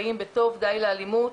"באים בטוב די לאלימות".